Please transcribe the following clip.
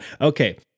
Okay